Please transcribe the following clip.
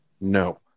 No